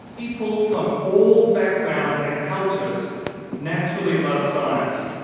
people from all backgrounds and cultures naturally love science.